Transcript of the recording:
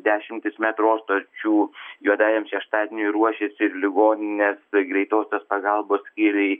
dešimtys metro stočių juodajam šeštadieniui ruošiasi ir ligoninės greitosios pagalbos skyriai